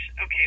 Okay